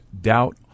doubt